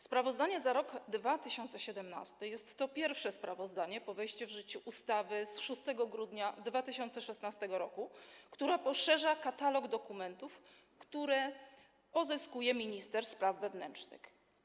Sprawozdanie za rok 2017 jest to pierwsze sprawozdanie po wejściu w życie ustawy z dnia 6 grudnia 2016 r., która poszerza katalog dokumentów, które pozyskuje minister spraw wewnętrznych.